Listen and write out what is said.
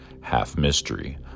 half-mystery